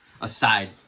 aside